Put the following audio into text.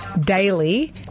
daily